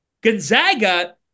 Gonzaga